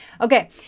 Okay